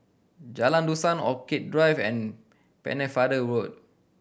Jalan Dusan Orchid Drive and Pennefather Road